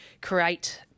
create